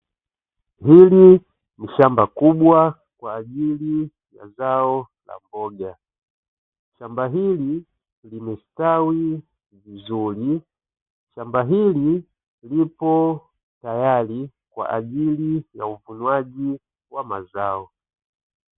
Hili ni shamba kubwa kwa ajili ya zao la mboga, shamba hili limestawi vizuri, shamba hili lipo tayari kwa ajili ya uvunwaji wa mazao.